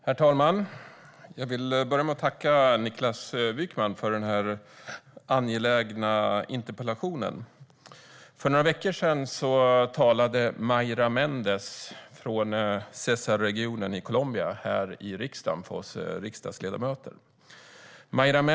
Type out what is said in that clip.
Herr talman! Jag börjar med att tacka Niklas Wykman för den angelägna interpellationen. För några veckor sedan talade Maira Méndez från Cesarregionen i Colombia i riksdagen för oss riksdagsledamöter.